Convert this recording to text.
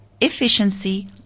efficiency